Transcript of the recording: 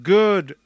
good